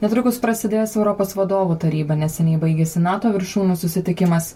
netrukus prasidės europos vadovų taryba neseniai baigėsi nato viršūnių susitikimas